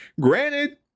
granted